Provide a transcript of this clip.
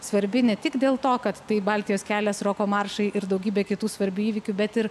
svarbi ne tik dėl to kad tai baltijos kelias roko maršai ir daugybė kitų svarbių įvykių bet ir